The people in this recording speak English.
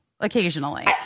occasionally